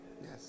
Yes